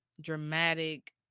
dramatic